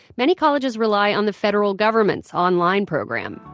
many colleges rely on the federal government's online program.